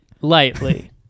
lightly